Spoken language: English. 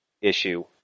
issue